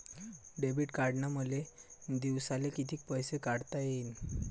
Debit कार्डनं मले दिवसाले कितीक पैसे काढता येईन?